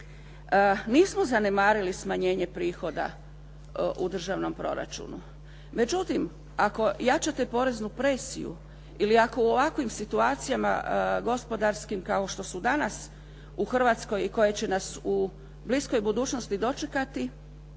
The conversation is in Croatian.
Nismo zanemarili smanjenje prihoda u državnom proračunu, međutim ako jačate poreznu presiju ili ako u ovakvim situacijama gospodarskim kao što su danas u Hrvatskoj i koje će nas u bliskoj budućnosti dočekati,